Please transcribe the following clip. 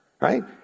right